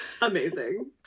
amazing